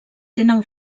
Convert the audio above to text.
tenen